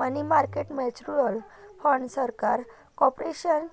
मनी market mutual fund सरकार, corporation,